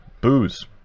Booze